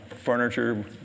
furniture